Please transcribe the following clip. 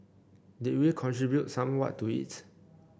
did we contribute somewhat to it